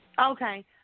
Okay